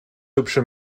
hübsche